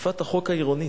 אכיפת החוק העירונית.